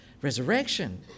resurrection